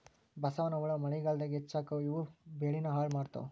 ಬಸವನಹುಳಾ ಮಳಿಗಾಲದಾಗ ಹೆಚ್ಚಕ್ಕಾವ ಇವು ಬೆಳಿನ ಹಾಳ ಮಾಡತಾವ